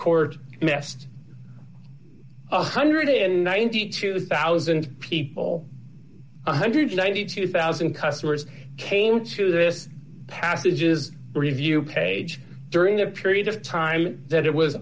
court messed up one hundred and ninety two thousand people one hundred and ninety two thousand customers came to this passages review page during the period of time that it was